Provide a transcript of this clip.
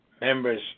members